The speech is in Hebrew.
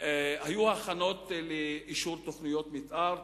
היו הכנות לאישור תוכניות מיתאר,